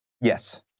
Yes